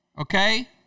Okay